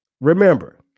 Remember